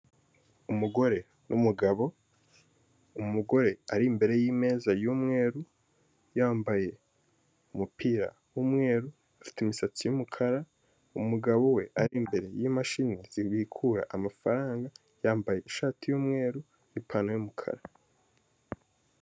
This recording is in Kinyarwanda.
Umugore n'umugabo, umugore ari imbere y'imeza y'umweru, yambaye umupira w'umweru afite imisatsi y'umukara, umugabo we ari imbere y'imashini zibikura amafaranga, yambaye ishati y'umweru n'ipantaro y'umukara.